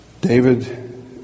David